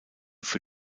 für